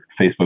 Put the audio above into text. Facebook